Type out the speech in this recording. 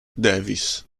davis